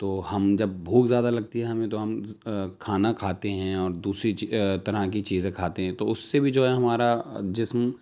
تو ہم جب بھوک زیادہ لگتی ہے ہمیں تو ہم کھانا کھاتے ہیں اور دوسری چی طرح کی چیزیں کھاتے ہیں تو اس سے بھی جو ہے ہمارا جسم